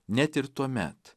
net ir tuomet